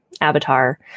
avatar